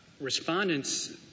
respondents